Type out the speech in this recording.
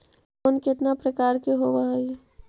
Loan केतना प्रकार के होव हइ?